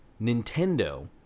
Nintendo